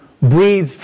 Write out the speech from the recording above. breathe